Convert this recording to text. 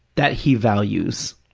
that he values,